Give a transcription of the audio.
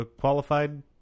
qualified